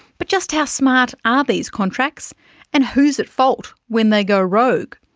but just how smart are these contracts and who's at fault when they go rogue?